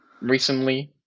Recently